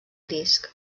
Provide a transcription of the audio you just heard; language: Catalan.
disc